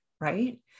right